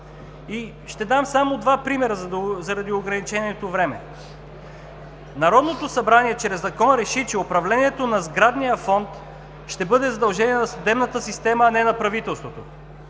Ще дам само два примера заради ограниченото време. Народното събрание чрез закон реши, че управлението на сградния фонд ще бъде задължение на съдебната система, а не на правителството,